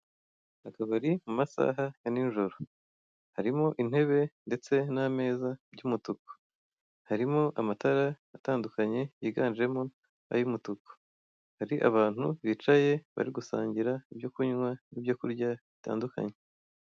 Akabari mu masaha ya nijoro. Harimo intebe ndetse n'ameza by'umutuku, harimo amatara atandukanye yiganjemo ay'umutuku. Hari abantu bicaye bari gusangira ibyo kunywa n'ibyo kurya bitandukanye.